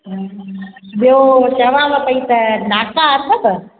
हा ॿियों चवांव पई त नाका अथव